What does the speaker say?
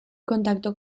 contacto